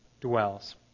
dwells